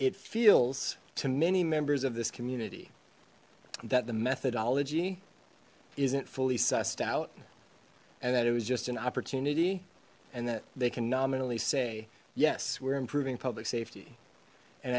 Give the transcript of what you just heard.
it feels to many members of this community that the methodology isn't fully sussed out and that it was just an opportunity and that they can nominally say yes we're improving public safety and